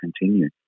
continue